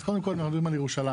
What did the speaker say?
אז קודם כל מדברים על ירושלים,